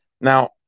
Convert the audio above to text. Now